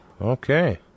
Okay